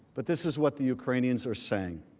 but this is what the ukrainians were saying.